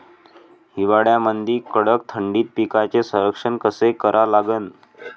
हिवाळ्यामंदी कडक थंडीत पिकाचे संरक्षण कसे करा लागन?